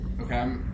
Okay